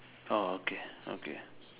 orh okay okay